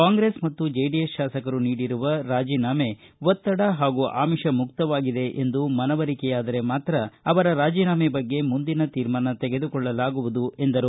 ಕಾಂಗ್ರೆಸ್ ಮತ್ತು ಜೆಡಿಎಸ್ ಶಾಸಕರು ನೀಡಿರುವ ರಾಜಿನಾಮೆ ಒತ್ತಡ ಹಾಗೂ ಆಮಿಷ ಮುಕ್ತವಾಗಿದೆ ಎಂದು ಮನವರಿಕೆಯಾದರೆ ಮಾತ್ರ ಅವರ ರಾಜಿನಾಮೆ ಬಗ್ಗೆ ಮುಂದಿನ ತೀರ್ಮಾನ ತೆಗೆದುಕೊಳ್ಳಲಾಗುವುದು ಎಂದರು